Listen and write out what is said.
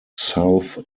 south